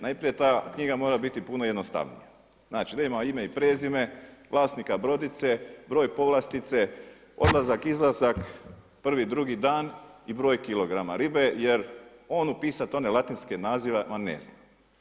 Najprije ta knjiga mora biti puno jednostavnija, da ima ime i prezime, vlasnika brodice, broj povlastice, odlazak, izlazak, prvi, drugi dan i broj kilograma ribe jer on upisati one latinske nazive on ne zna.